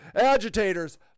agitators